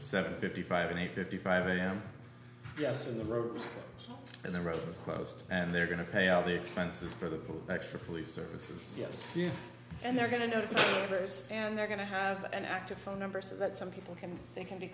seven fifty five and a fifty five am just in the road and the road was closed and they're going to pay all the expenses for the extra police services and they're going to know others and they're going to have an active phone number so that some people can they can be